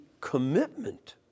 commitment